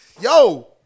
yo